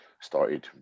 started